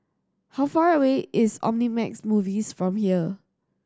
how far away is Omnimax Movies from here